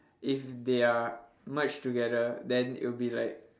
if they are merged together then it will be like